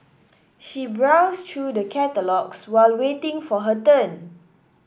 she browsed through the catalogues while waiting for her turn